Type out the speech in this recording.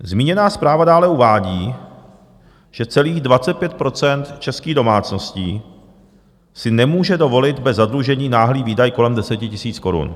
Zmíněná zpráva dále uvádí, že celých 25 % českých domácností si nemůže dovolit bez zadlužení náhlý výdaj kolem 10 000 korun.